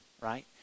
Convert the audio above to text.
right